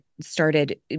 started